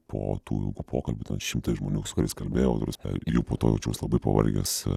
po tų ilgų pokalbių šimtai žmonių su kuriais kalbėjau ta prasme jų po to jaučiaus labai pavargęs